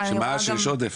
שיש עודף.